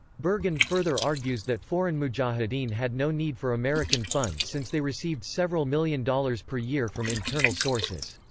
bergen further argues that foreign mujahideen had no need for american funds since they received several million dollars per year from internal sources.